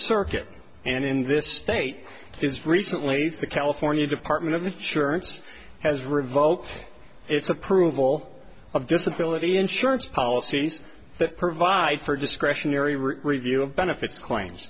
circuit and in this state is recently the california department of surance has revoked its approval of disability insurance policies that provide for discretionary review of benefits claims